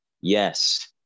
Yes